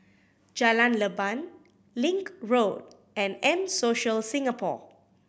Jalan Leban Link Road and M Social Singapore